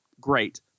great